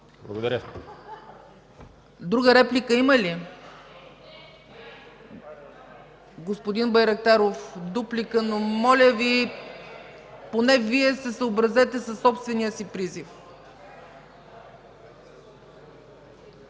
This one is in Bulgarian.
ЦАЧЕВА: Друга реплика има ли? Господин Байрактаров – дуплика, но моля Ви, поне Вие се съобразете със собствения си призив.